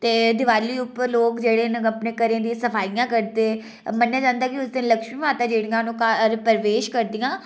ते दिवाली उप्पर लोग जेह्ड़े न अपने घरें दियां सफाइयां करदे ते मन्नेआ जंदा ऐ की उस दिन लक्ष्मी माता जेह्ड़ियां न ओह् घर प्रवेश करदियां